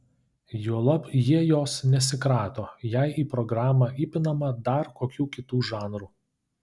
juolab jie jos nesikrato jei į programą įpinama dar kokių kitų žanrų